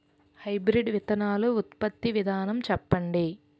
Hybrid విత్తనాలు ఉత్పత్తి విధానం చెప్పండి?